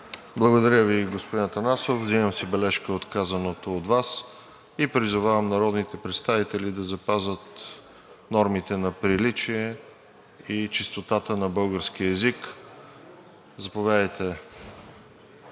Благодаря Ви, господин Атанасов. Взимам си бележка от казаното от Вас и призовавам народните представители да запазят нормите на приличие и чистотата на българския език. За процедура?